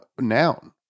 noun